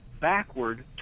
backward